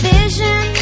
Vision